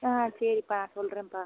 ஆ சரிப்பா நான் சொல்லுறேன்ப்பா